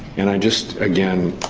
and i just, again,